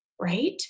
right